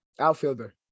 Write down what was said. outfielder